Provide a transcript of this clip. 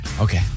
Okay